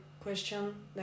question